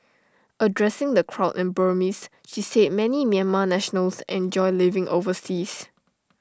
addressing the crowd in Burmese she said many Myanmar nationals enjoy living overseas